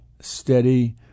steady